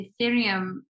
Ethereum